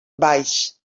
baix